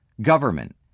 government